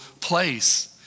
place